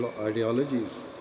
ideologies